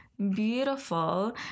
beautiful